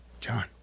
John